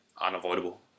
unavoidable